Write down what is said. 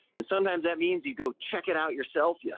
and sometimes that means you go check it out yourself. yeah